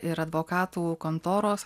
ir advokatų kontoros